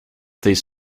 these